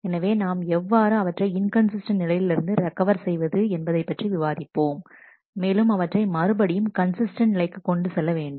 எனவே நாம் எவ்வாறு அவற்றை இன்கன்சிஸ்டன்ட் நிலையில் இருந்து ரெக்கவர் செய்வது என்பதை பற்றி விவாதிப்போம் மேலும் அவற்றை மறுபடியும் கன்சிஸ்டன்ட் நிலைக்கு கொண்டு செல்ல வேண்டும்